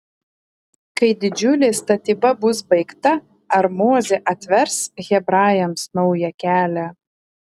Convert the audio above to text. kai didžiulė statyba bus baigta ar mozė atvers hebrajams naują kelią